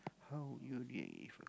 how you if